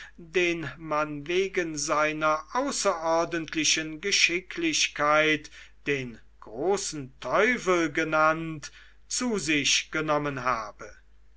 den man wegen seiner außerordentlichen geschicklichkeit den großen teufel genannt zu sich genommen habe